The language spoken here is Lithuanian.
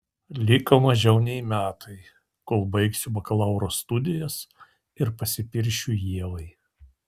liko mažiau nei metai kol baigsiu bakalauro studijas ir pasipiršiu ievai